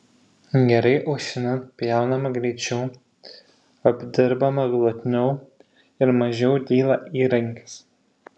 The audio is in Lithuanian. gerai aušinant pjaunama greičiau apdirbama glotniau ir mažiau dyla įrankis